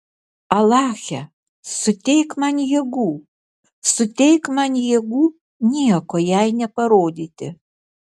alache suteik man jėgų suteik man jėgų nieko jai neparodyti